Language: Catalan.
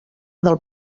del